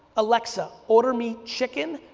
alexa, order me, chicken,